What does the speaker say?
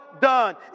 done